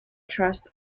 trust